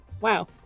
Wow